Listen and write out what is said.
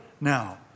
now